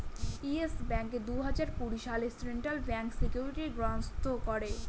yes ব্যাঙ্ককে দুই হাজার কুড়ি সালে সেন্ট্রাল ব্যাঙ্ক সিকিউরিটি গ্রস্ত করে